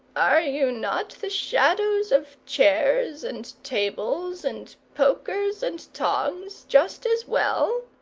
are you not the shadows of chairs and tables, and pokers and tongs, just as well?